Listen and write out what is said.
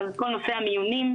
כל נושא המיונים.